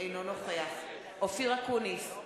אינו נוכח אופיר אקוניס,